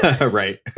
Right